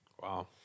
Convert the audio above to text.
Wow